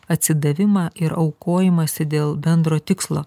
atsidavimą ir aukojimąsi dėl bendro tikslo